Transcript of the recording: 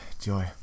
Joy